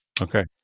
okay